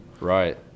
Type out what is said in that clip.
Right